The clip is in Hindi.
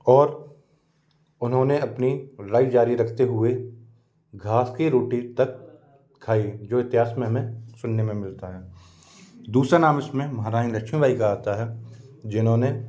और उन्होंने अपनी लड़ाई जारी रखते हुए घास की रोटी तक खाई जो इतिहास में हमें सुनने में मिलता है दूसरा नाम इसमें महारानी लक्ष्मी बाई का आता है जिन्होंने